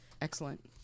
Excellent